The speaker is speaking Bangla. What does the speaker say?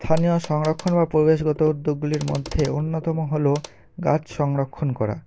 স্থানীয় সংরক্ষণ বা পরিবেশগত উদ্যোগগুলির মধ্যে অন্যতম হল গাছ সংরক্ষণ করা